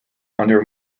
under